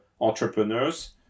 entrepreneurs